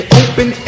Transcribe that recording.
open